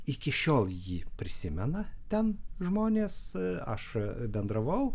iki šiol jį prisimena ten žmonės aš bendravau